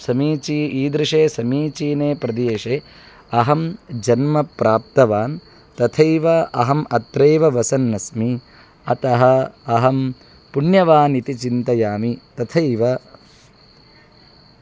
समीची ईदृशे समीचीने प्रदेशे अहं जन्म प्राप्तवान् तथैव अहम् अत्रैव वसन्नस्मि अतः अहं पुण्यवान् इति चिन्तयामि तथैव